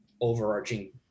overarching